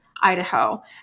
Idaho